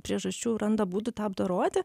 priežasčių randa būdų tą apdoroti